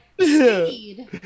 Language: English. Speed